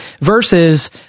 Versus